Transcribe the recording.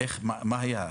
מה היה?